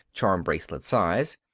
charm bracelet size,